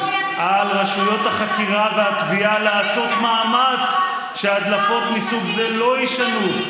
על רשויות החקירה והתביעה לעשות מאמץ שהדלפות מסוג זה לא יישנו,